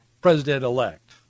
president-elect